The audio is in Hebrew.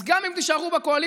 אז גם אם תישארו בקואליציה,